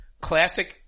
classic